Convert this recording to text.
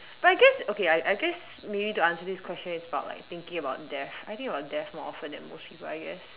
but I guess okay I I guess we need to answer this question is part of like thinking about death I think about death more often than most people I guess